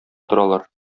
торалар